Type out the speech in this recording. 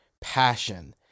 passion